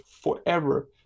forever